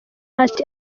ati